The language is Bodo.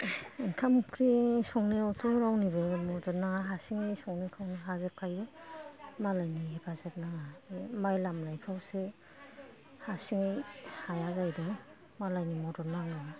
ओंखाम ओंख्रि संनायावथ' रावनिबो मदद नाङा हारसिङैनो संनो खावनो हाजोबखायो मालायनि हेफाजाब नाङा बे माइ लामनाइफ्रावसो हारसिङै हाया जाहैदों मालायनि मदद नांगौ